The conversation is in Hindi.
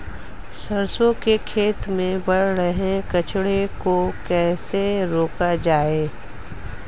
सरसों की खेती में बढ़ रहे कचरे को कैसे रोका जाए?